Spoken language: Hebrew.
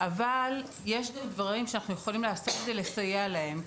אבל יש דברים שאנחנו יכולים לעשות כדי לסייע להם.